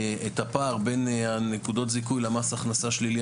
את הפער בין הנקודות זיכוי למס הכנסה שלילי,